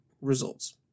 results